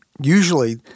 Usually